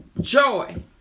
joy